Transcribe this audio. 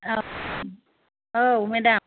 ओ औ मेदाम